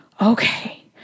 okay